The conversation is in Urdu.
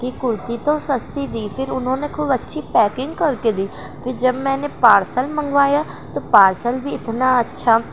کہ کرتی تو سستی دی پھر انہوں نے خوب اچھی پیکنگ کر کے دی پھر جب میں نے پارسل منگوایا تو پارسل بھی اتنا اچھا